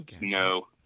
No